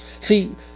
See